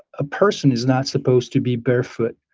a person is not supposed to be barefoot.